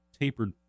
tapered